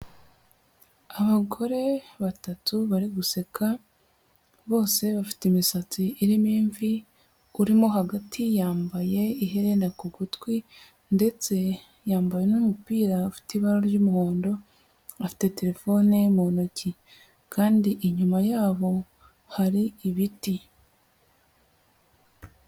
Abagore batatu bari guseka bose bafite imisatsi irimo imvi, urimo hagati yambaye iherena ku gutwi ndetse yambaye n'umupira ufite ibara ry'umuhondo, afite terefone mu ntoki kandi inyuma y'abo hari ibiti.